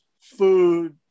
food